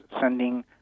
sending